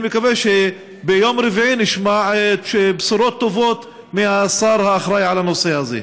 אני מקווה שביום רביעי נשמע בשורות טובות מהשר האחראי לנושא הזה.